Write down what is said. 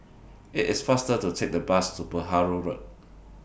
IT IS faster to Take The Bus to Perahu Road